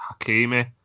Hakimi